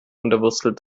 unterwurzelt